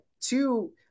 two